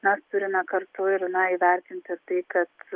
mes turime kartu ir na įvertinti tai kad